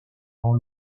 dans